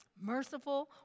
Merciful